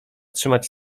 trzymać